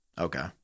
Okay